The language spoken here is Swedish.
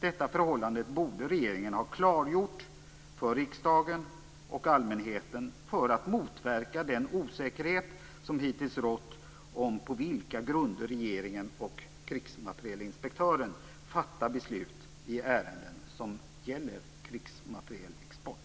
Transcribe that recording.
Detta förhållande borde regeringen ha klargjort för riksdagen och allmänheten för att motverka den osäkerhet som hittills rått om på vilka grunder regeringen och krigsmaterielinspektören fattar beslut i ärenden som gäller krigsmaterielexport.